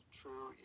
true